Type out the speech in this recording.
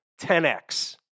10x